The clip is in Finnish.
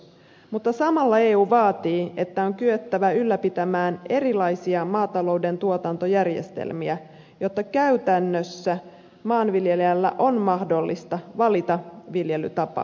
mutta samalla eu vaatii että on kyettävä ylläpitämään erilaisia maatalouden tuotantojärjestelmiä jotta käytännössä maanviljelijän on mahdollista valita viljelytapa